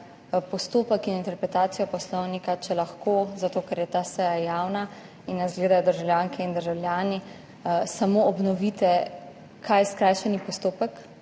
postopek in interpretacijo Poslovnika, če lahko zato, ker je ta seja javna in nas gledajo državljanke in državljani, samo obnovite, kaj je skrajšani postopek,